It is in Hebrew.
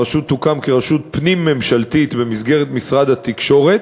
הרשות תוקם כרשות פנים-ממשלתית במסגרת משרד התקשורת,